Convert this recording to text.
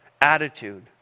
attitude